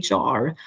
HR